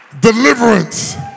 Deliverance